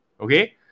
Okay